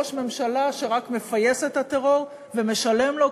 בראש ממשלה שרק מפייס את הטרור ומשלם לו,